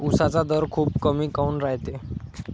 उसाचा दर खूप कमी काऊन रायते?